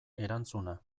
erantzuna